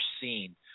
seen